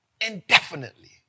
indefinitely